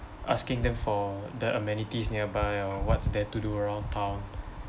asking them for the amenities nearby or what's there to do around town